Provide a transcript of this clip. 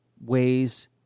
ways